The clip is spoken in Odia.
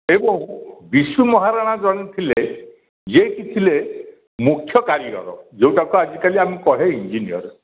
ଏବଂ ବିଶୁ ମହାରଣା ଜଣେ ଥିଲେ ଯିଏକି ଥିଲେ ମୁଖ୍ୟ କାରିଗର ଯୋଉଟା କୁ ଆଜି କାଲି ଆମେ କହେ ଇଞ୍ଜିନିୟର୍